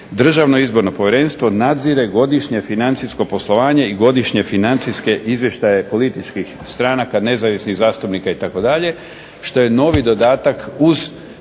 Državno izborno povjerenstvo nadzire godišnje financijsko poslovanje i godišnje financijske izvještaje političkih stranaka, nezavisnih zastupnika itd.,